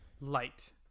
Light